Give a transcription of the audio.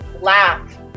laugh